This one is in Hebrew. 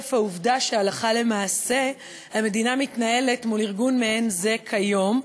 חרף העובדה שהלכה למעשה המדינה מתנהלת מול ארגון מעין זה כיום,